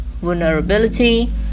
vulnerability